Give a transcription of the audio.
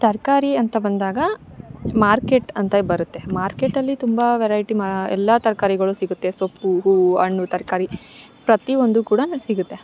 ತರಕಾರಿ ಅಂತ ಬಂದಾಗ ಮಾರ್ಕೆಟ್ ಅಂತ ಬರುತ್ತೆ ಮಾರ್ಕೆಟಲ್ಲಿ ತುಂಬ ವೆರೈಟಿ ಮಾ ಎಲ್ಲ ತರಕಾರಿಗಳು ಸಿಗುತ್ತೆ ಸೊಪ್ಪು ಹೂವು ಹಣ್ಣು ತರಕಾರಿ ಪ್ರತಿ ಒಂದು ಕೂಡ ಅಲ್ಲಿ ಸಿಗುತ್ತೆ